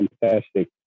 Fantastic